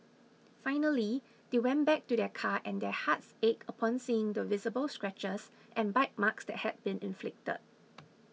finally they went back to their car and their hearts ached upon seeing the visible scratches and bite marks that had been inflicted